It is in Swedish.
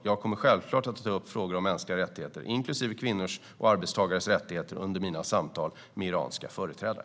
Jag kommer självklart att ta upp frågor om mänskliga rättigheter, inklusive kvinnors och arbetstagares rättigheter, under mina samtal med iranska företrädare.